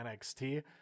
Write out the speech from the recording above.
nxt